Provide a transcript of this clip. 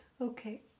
Okay